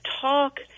talk